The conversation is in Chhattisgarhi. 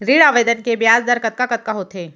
ऋण आवेदन के ब्याज दर कतका कतका होथे?